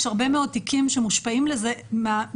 יש הרבה מאוד תיקים שמושפעים מהמדיניות